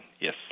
yes